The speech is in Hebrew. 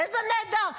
איזה נהדר.